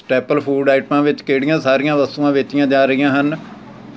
staple food ਆਈਟਮਾਂ ਵਿੱਚ ਕਿਹੜੀਆਂ ਸਾਰੀਆਂ ਵਸਤੂਆਂ ਵੇਚੀਆਂ ਜਾ ਰਹੀਆਂ ਹਨ